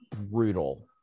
brutal